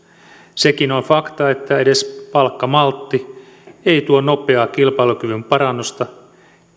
sekin on on fakta että edes palkkamaltti ei tuo nopeaa kilpailukyvyn parannusta